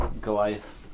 Goliath